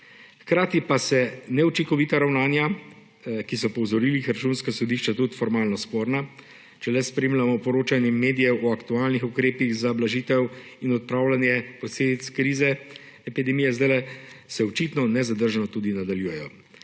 Hkrati pa se neučinkovita ravnanja, ki so po opozorilih Računskega sodišča tudi formalno sporna, če le spremljamo poročanje medijev o aktualnih ukrepih za blažitev in odpravljanje posledic krize epidemije zdajle, očitno nezadržno nadaljujejo.